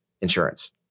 Insurance